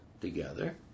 together